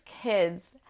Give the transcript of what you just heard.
kids